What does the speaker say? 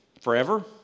Forever